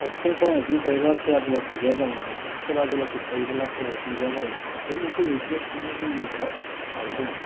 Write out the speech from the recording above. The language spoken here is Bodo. फारसेथिं फरायनायथिं थायोबा खेला दुलाथिं गैया जालाङो खेला दुलाथि थायोब्ला फरायनायथिं गैया जालाङो बे मोनसे विकनेस प्रब्लेमा जोंनि गेजेराव दाबो दङ